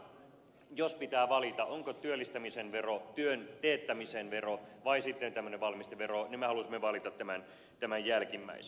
sen takia jos pitää valita onko työllistämisen vero työn teettämisen vero vai sitten tämmöinen valmistevero me halusimme valita tämän jälkimmäisen